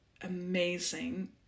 amazing